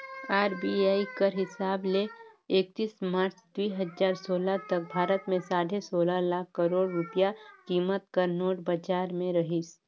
RBI कर हिसाब ले एकतीस मार्च दुई हजार सोला तक भारत में साढ़े सोला लाख करोड़ रूपिया कीमत कर नोट बजार में रहिस